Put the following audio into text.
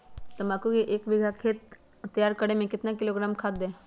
तम्बाकू के एक बीघा खेत तैयार करें मे कितना किलोग्राम खाद दे?